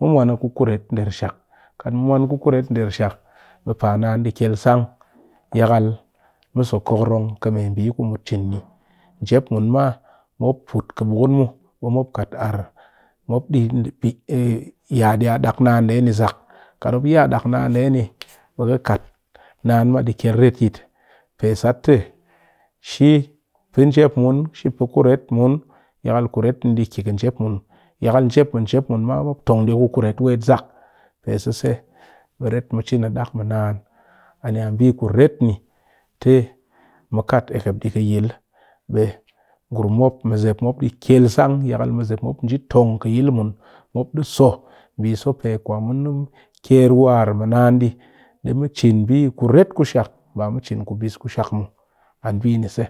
mu mwan ku kuret nder shak kat mɨ mwan ku kuret nder shak kat mu mwan ku kuret nder be paa naan di kyel san yakal mu so kokorong ka mɨ bi ku mun ki cin ni njep mun ma mop puut kɨbukun mu be mop kat ar mop di ya dak naan nde ni zak kat mop ya dak naan ni be ki kat naan ma di kyel retyit pe sat ti shi pe njep mun shi pe kuret mun yakal kuret ni di ki njep yakal njep mɨ njep mun mop ma tong di ku kuret zak pe sese ret mɨ cin a dak mɨ naan a ni bi kuret te mu kat ehkep di kɨ yil be ngurum mop mizep mop di kyel san yakal mizep nji tong ki yil mop di so biso pe kwa mun di mu ker war mɨ naan di cin bi kuret ku shak ba mu cin kubis ku shak a bi ni se.